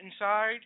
inside